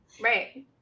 right